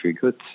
goods